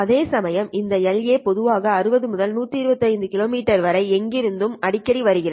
அதேசமயம் இந்த La பொதுவாக 60 முதல் 125 கிலோமீட்டர் வரை எங்கிருந்தும் அடிக்கடி வருகிறது